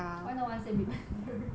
why no one say big bang theory